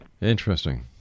Interesting